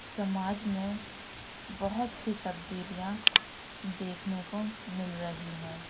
سماج میں بہت سے تبدیلیاں دیکھنے کو مل رہی ہیں